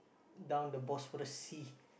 down the Bosphorus sea